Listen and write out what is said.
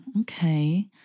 okay